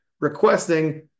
requesting